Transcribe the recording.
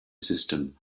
system